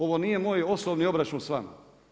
Ovo nije moj osobni obračun s vama.